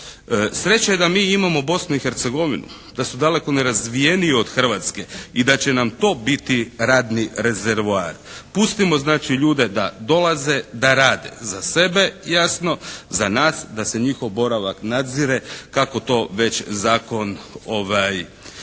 Sreća je da mi imamo Bosnu i Hercegovinu, da su daleko nerazvijeniji od Hrvatske i da će nam to biti radni rezervoar. Pustimo znači ljude da dolaze, da rade za sebe jasno, za nas, da se njihov boravak nadzire kako to već zakon